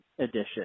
edition